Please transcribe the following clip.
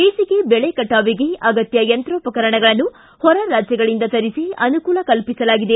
ಬೇಸಿಗೆ ಬೆಳೆ ಕಟಾವಿಗೆ ಅಗತ್ಯ ಯಂತ್ರೋಪಕರಣಗಳನ್ನು ಹೊರ ರಾಜ್ಯಗಳಿಂದ ತರಿಸಿ ಅನುಕೂಲ ಕಲ್ಪಿಸಲಾಗಿದೆ